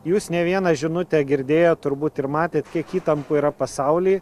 jūs ne vieną žinutę girdėję turbūt ir matėt kiek įtampų yra pasauly